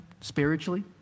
spiritually